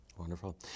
Wonderful